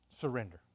Surrender